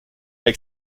avec